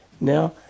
Now